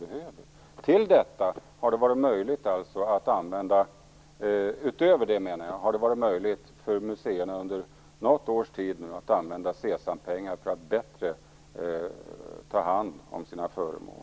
Utöver detta har det under några års tid varit möjligt för museerna att använda SESAM-pengar för att bättre kunna ta hand om sina föremål.